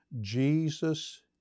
Jesus